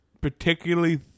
particularly